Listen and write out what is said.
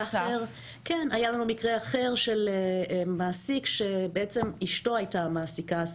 היה לנו מקרה אחר שהבעל של המעסיקה הסיעודית,